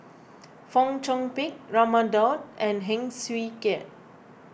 Fong Chong Pik Raman Daud and Heng Swee Keat